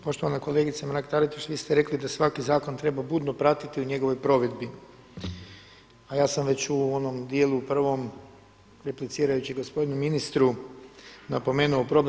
Poštovana kolegice Mrak-Taritaš vi ste rekli da svaki zakon treba budno pratiti u njegovoj provedbi, a ja sam već u onom dijelu prvom replicirajući gospodinu ministru napomenuo problem.